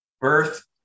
Birth